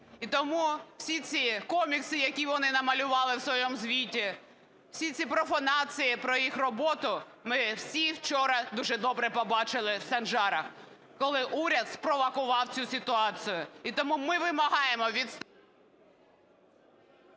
І тому всі ці комікси, які вони намалювали у своєму звіті, всі ці профанації про їх роботу, ми всі вчора дуже добре побачили в Санжарах, коли уряд спровокував цю ситуацію. І тому ми вимагаємо від…